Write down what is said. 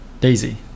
Daisy